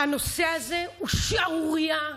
הנושא הזה הוא שערורייה,